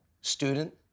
student